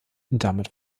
damit